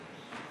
נתקבלה.